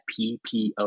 PPO